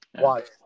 watch